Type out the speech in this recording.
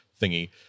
thingy